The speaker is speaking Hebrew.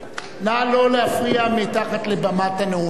נא לא להפריע מתחת לבמת הנאומים.